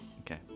Okay